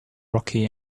rocky